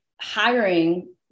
hiring